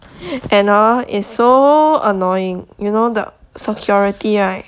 and hor is so annoying you know the security right